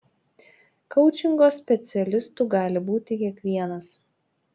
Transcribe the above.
koučingo specialistu gali būti kiekvienas